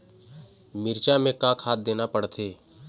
मिरचा मे का खाद देना पड़थे?